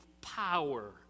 power